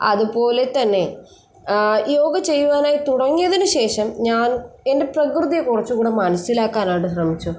അതുപോലെത്തന്നെ യോഗ ചെയ്യുവാനായി തുടങ്ങിയതിന് ശേഷം ഞാൻ എൻ്റെ പ്രകൃതിയെ കുറച്ചൂകൂടി മനസ്സിലാക്കാനായിട്ട് ശ്രമിച്ചു